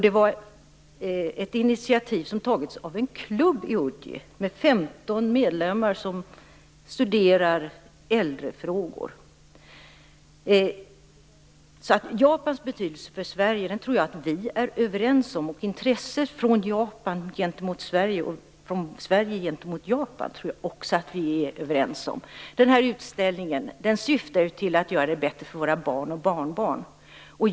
Det var ett initiativ som hade tagits av en klubb i Uji, med 15 Jag tror att vi är överens om Japans betydelse för Sverige. Intresset från Japan gentemot Sverige och från Sverige gentemot Japan är vi också alla överens om. Den här utställningen syftar till att göra det bättre för våra barn och barnbarn.